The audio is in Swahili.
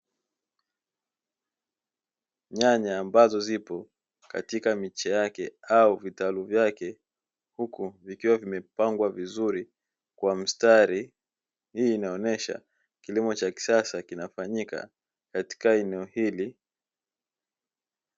Nyanya ambazo zipo katika miche yake au vitaru vyake huku vikiwa vimepangwa vizuri kwa msitari, hii inaonyesha kilimo cha kisasa kinafanyika katika eneo hili.